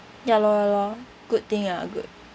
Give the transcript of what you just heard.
ya lor ya lor good thing ah good